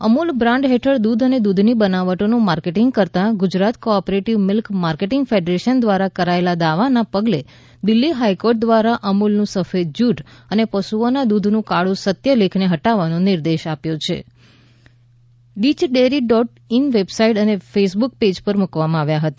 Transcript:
Amul brand હેઠળ દૂધ અને દૂધની બનાવટોનું માર્કેટિંગ કરતા Gujarat cooperative milk marketing federation દ્વારા કરાયેલા દાવાના પગલે દિલ્હી હાઇકોર્ટ દ્વારા અમૂલનું સફેદ જૂઠ અને પશુઓના દૂધનું કાળું સત્ય લેખને હટાવવાનો નિર્દેશ આપ્યો છે જે ડીયડેરી ડોટ ઇન વેબસાઇટ અને ફેસબુક પેજ પર મુકવામાં આવ્યા હતા